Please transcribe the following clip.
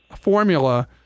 formula